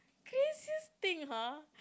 craziest thing !huh!